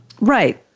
Right